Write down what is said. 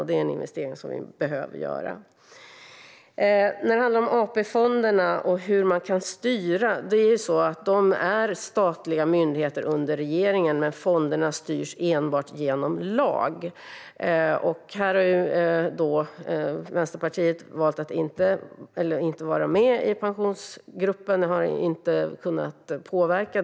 Det är en investering som behöver göras. När det handlar om styrningen av AP-fonderna lyder de statliga myndigheter under regeringen, men fonderna styrs enbart genom lag. Vänsterpartiet har valt att inte vara med i Pensionsgruppen och har därför inte kunnat påverka.